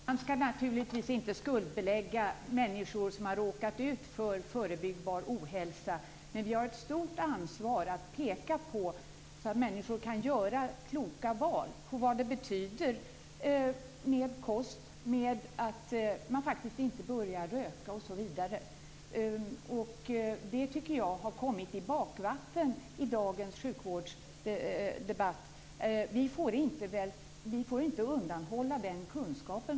Fru talman! Man skall naturligtvis inte skuldbelägga människor som har råkat ut för förebyggbar ohälsa. Men vi har ett stort ansvar att peka på vad det betyder med kost och att man inte börjar röka osv., så att människor kan göra kloka val. Det tycker jag har kommit i bakvatten i dagens sjukvårdsdebatt. Vi får inte undanhålla människor den kunskapen.